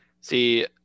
See